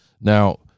now